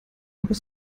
aber